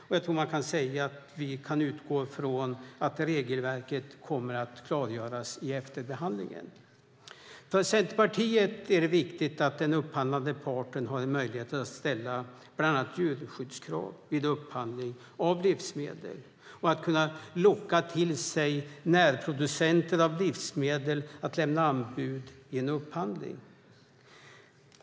Vi kan nog utgå från att regelverket kommer att klargöras i efterbehandlingen. För Centerpartiet är det viktigt att den upphandlande parten har möjlighet att ställa bland annat djurskyddskrav vid upphandling av livsmedel och att kunna locka närproducenter av livsmedel att lämna anbud i en upphandling.